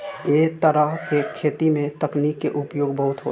ऐ तरह के खेती में तकनीक के उपयोग बहुत होला